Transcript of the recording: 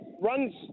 runs